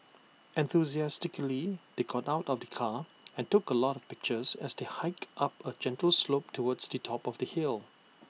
enthusiastically they got out of the car and took A lot of pictures as they hiked up A gentle slope towards Di top of the hill